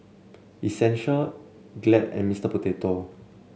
essential glad and Mister Potato